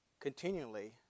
continually